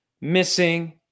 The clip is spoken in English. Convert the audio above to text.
missing